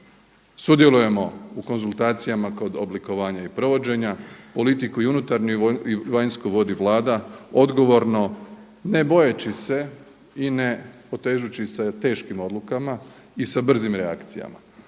Sudjelujemo u konzultacijama kod oblikovanja i provođenja, politiku i unutarnju i vanjsku vodi Vlada odgovorno ne bojeći se i ne potežući sa teškim odlukama i sa brzim reakcijama.